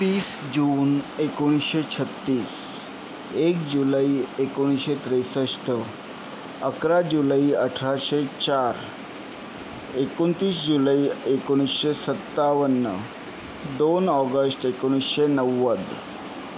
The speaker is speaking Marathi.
तीस जून एकोणीशे छत्तीस एक जुलै एकोणीशे त्रेसष्ट अकरा जुलै अठराशे चार एकोणतीस जुलै एकोणीशे सत्तावन्न दोन ऑगस्ट एकोणीशे नव्वद